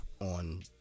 on